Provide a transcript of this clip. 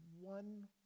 one